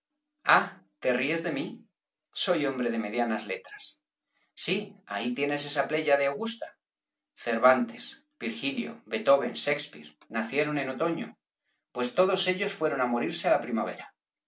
ah te ríes de mí soy hombre de medianas letras sí ahí tienes esa pléyade augusta cervantes virgilio beethoven shakespeare nacieron en otoño tropiquillos pues todos ellos fueron á morirse á la primavera